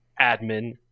admin